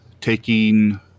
taking